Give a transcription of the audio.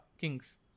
kings